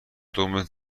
دومتر